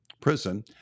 prison